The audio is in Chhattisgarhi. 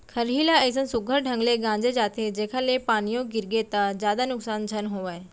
खरही ल अइसन सुग्घर ढंग ले गांजे जाथे जेकर ले पानियो गिरगे त जादा नुकसान झन होवय